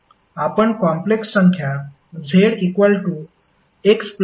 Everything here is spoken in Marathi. आपण कॉम्प्लेक्स संख्या zxjy लिहाल